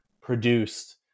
produced